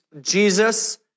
Jesus